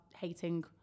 hating